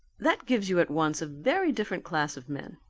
that gives you at once a very different class of men.